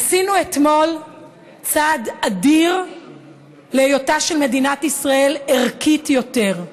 עשינו אתמול צעד אדיר להיותה של מדינת ישראל ערכית יותר.